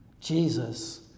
Jesus